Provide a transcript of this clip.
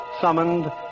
summoned